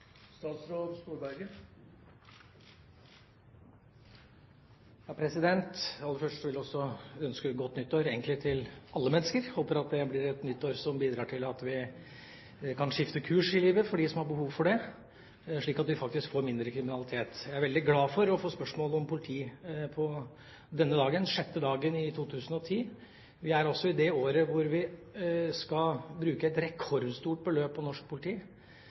Aller først vil også jeg ønske godt nytt år, egentlig til alle mennesker. Jeg håper at det blir et nytt år som bidrar til at de som har behov for det, kan skifte kurs i livet, slik at vi får mindre kriminalitet. Jeg er veldig glad for å få spørsmål om politiet på denne dagen, den sjette dagen i 2010. Vi er altså i det året hvor vi skal bruke et rekordstort beløp på norsk politi,